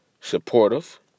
supportive